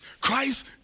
Christ